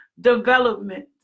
development